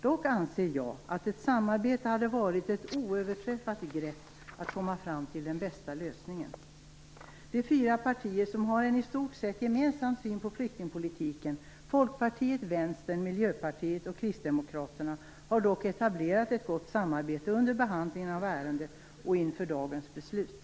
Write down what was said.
Dock anser jag att ett samarbete hade varit ett oöverträffat grepp för att komma fram till den bästa lösningen. De fyra partier som har en i stort sett gemensam syn på flyktingpolitiken: Folkpartiet, Vänstern, Miljöpartiet och Kristdemokraterna, har dock etablerat ett gott samarbete under behandlingen av ärendet och inför dagens beslut.